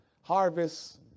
Harvest